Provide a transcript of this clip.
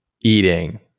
eating